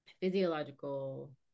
physiological